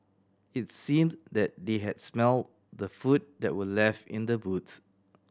it seemed that they had smelt the food that were left in the boots